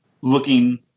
looking